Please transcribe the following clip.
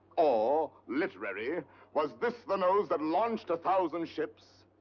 or, literary was this the nose that launched a thousand ships?